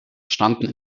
standen